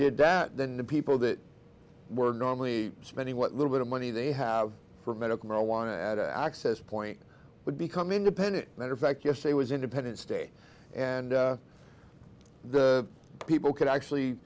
did that then the people that were normally spend what little bit of money they have for medical marijuana at the access point would become independent matter of fact your state was independent state and the people could actually